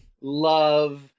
love